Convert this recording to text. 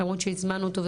למרות שהזמנו אותו,